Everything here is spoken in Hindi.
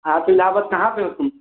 हाँ तो इलाहबाद कहाँ पर हो तुम